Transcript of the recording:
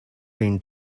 been